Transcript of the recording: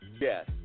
Yes